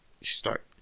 start